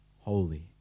holy